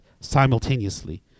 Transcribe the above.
simultaneously